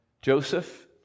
Joseph